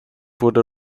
wurde